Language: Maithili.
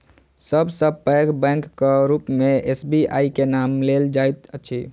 सब सॅ पैघ बैंकक रूप मे एस.बी.आई के नाम लेल जाइत अछि